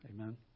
Amen